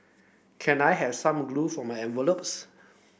can I have some glue for my envelopes